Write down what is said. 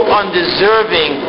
undeserving